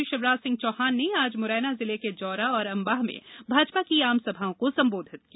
मुख्यमंत्री शिवराज सिंह चौहान ने आज मुरैना जिले के जौरा और अम्बाह में भाजपा आमसभाओं को संबोधित किया